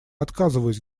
отказываюсь